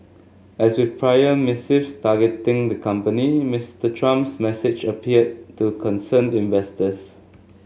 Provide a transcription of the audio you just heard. as with prior missives targeting the company Mister Trump's message appeared to concern investors